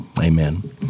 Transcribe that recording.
Amen